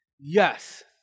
Yes